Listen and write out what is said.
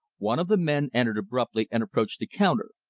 one of the men entered abruptly and approached the counter.